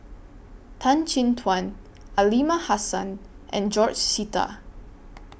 Tan Chin Tuan Aliman Hassan and George Sita